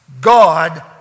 God